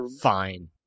Fine